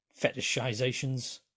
fetishizations